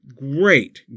great